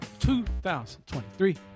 2023